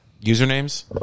usernames